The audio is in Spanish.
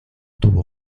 tuvo